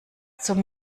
zum